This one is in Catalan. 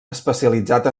especialitzat